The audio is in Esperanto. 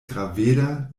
graveda